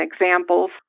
examples